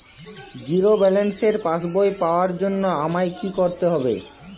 Zero ব্যালেন্সের পাসবই পাওয়ার জন্য আমায় কী করতে হবে?